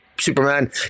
Superman